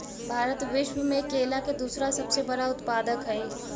भारत विश्व में केला के दूसरा सबसे बड़ा उत्पादक हई